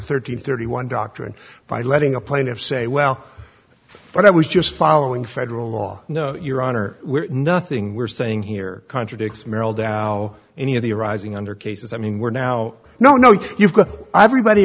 thirteen thirty one doctrine by letting a plaintiff say well but i was just following federal law no your honor nothing we're saying here contradicts merrill dow any of the arising under cases i mean we're now no no you've got everybody